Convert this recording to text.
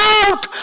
out